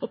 Det